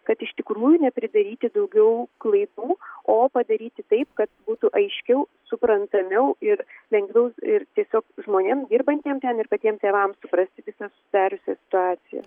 kad iš tikrųjų nepridaryti daugiau klaidų o padaryti taip kad būtų aiškiau suprantamiau ir lengviau ir tiesiog žmonėm dirbantiem ten ir patiem tėvam suprasti visą susidariusią situaciją